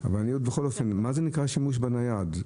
אבל בכל אופן, מה זה נקרא שימוש בנייד?